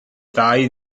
ddau